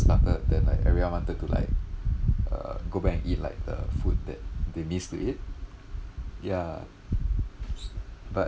started then like everyone wanted to like uh go back and eat like the food that they missed to eat ya but